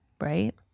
Right